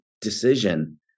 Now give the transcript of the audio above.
decision